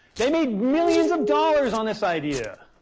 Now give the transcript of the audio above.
they made millions of dollars on this idea.